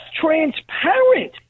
transparent